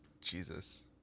Jesus